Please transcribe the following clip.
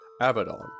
Abaddon